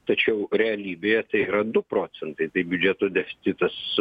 tačiau realybėje tai yra du procentai tai biudžeto deficitas